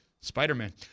Spider-Man